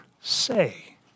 say